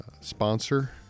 sponsor